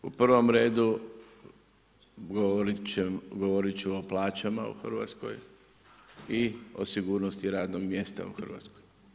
U prvom redu govoriti ću o plaćama u Hrvatskoj i o sigurnosti radnog mjesta u Hrvatskoj.